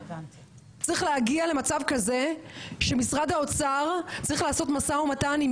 צריך להגיע למצב כזה שמשרד האוצר צריך לעשות משא ומתן עם